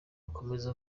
akomeza